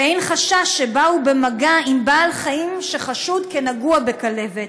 ואין חשש שבאו במגע עם בעל חיים שחשוד כנגוע בכלבת.